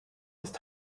ist